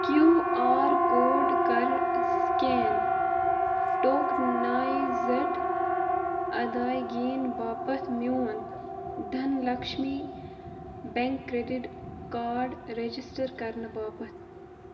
Q R code کَر scan tokenized ادٲیگِیَن باپتھ میون Dhan Lakshmi bank credit card register کرنہٕ باپتھ